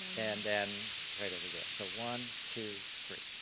and then right over there. so one, two, three.